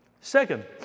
Second